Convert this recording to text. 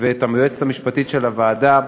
ואת היועצת המשפטית של הוועדה,